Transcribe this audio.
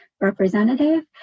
representative